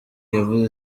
yavuze